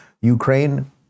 Ukraine